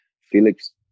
Felix